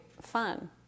fun